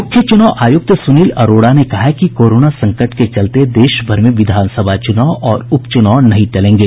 मुख्य चुनाव आयुक्त सुनील अरोड़ा ने कहा है कि कोरोना संकट के चलते देशभर में विधानसभा चुनाव और उप चुनाव नहीं टलेंगे